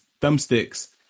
thumbsticks